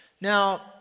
Now